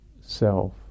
self